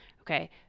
Okay